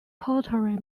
pottery